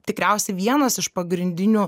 tikriausiai vienas iš pagrindinių